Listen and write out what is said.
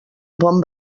bon